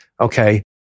okay